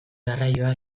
garraioa